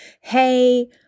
hey